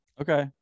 Okay